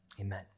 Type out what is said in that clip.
Amen